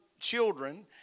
children